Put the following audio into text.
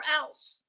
else